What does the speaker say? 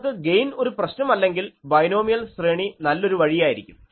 നിങ്ങൾക്ക് ഗെയിൻ ഒരു പ്രശ്നം അല്ലെങ്കിൽ ബൈനോമിയൽ ശ്രേണി നല്ലൊരു വഴിയായിരിക്കും